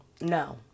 no